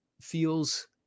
feels